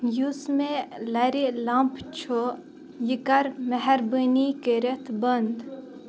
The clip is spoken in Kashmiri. یُس مےٚ لَرِ لمپ چھُ یہِ کَر مہربٲنی کٔرِتھ بنٛد